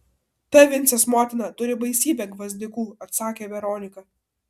ta vincės motina turi baisybę gvazdikų atsakė veronika